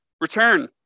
return